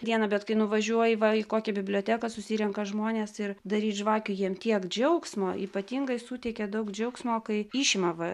dieną bet kai nuvažiuoji va į kokią biblioteką susirenka žmonės ir daryt žvakių jiem tiek džiaugsmo ypatingai suteikia daug džiaugsmo kai išima va